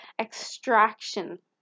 extraction